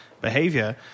behavior